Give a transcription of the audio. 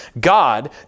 God